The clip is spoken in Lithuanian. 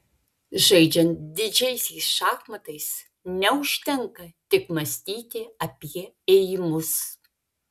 žaidžiant didžiaisiais šachmatais neužtenka tik mąstyti apie ėjimus